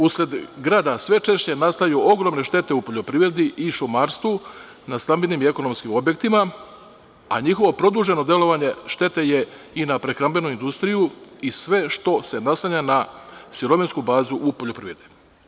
Usled grada, sve češće nastaju ogromne štete u poljoprivredi i šumarstvu, na stambenim i ekonomskim objektima, a njihovo produženo delovanje štete je i na prehrambenu industriju i sve što se naslanja na sirovinsku bazu u poljoprivredi.